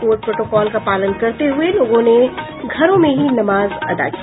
Covid protocol का पालन करते हुये लोगों ने घरों में ही नमाज अदा की